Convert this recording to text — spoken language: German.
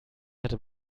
hatte